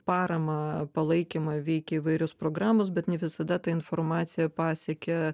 paramą palaikymą veikia įvairios programos bet ne visada ta informacija pasiekia